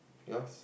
yours